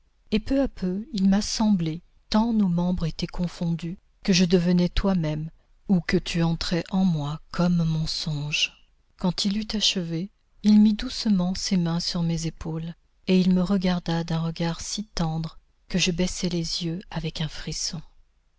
et peu à peu il m'a semblé tant nos membres étaient confondus que je devenais toi-même ou que tu entrais en moi comme mon songe quand il eut achevé il mit doucement ses mains sur mes épaules et il me regarda d'un regard si tendre que je baissai les yeux avec un frisson